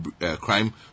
crime